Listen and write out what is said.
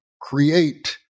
create